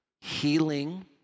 healing